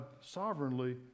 sovereignly